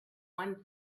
one